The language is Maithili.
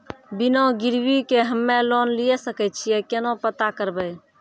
बिना गिरवी के हम्मय लोन लिये सके छियै केना पता करबै?